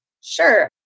Sure